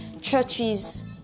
churches